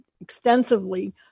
extensively